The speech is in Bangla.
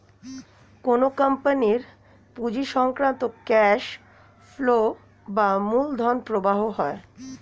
কোন কোম্পানির পুঁজি সংক্রান্ত ক্যাশ ফ্লো বা মূলধন প্রবাহ হয়